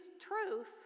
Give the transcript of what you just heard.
truth